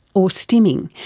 or stimming,